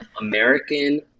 American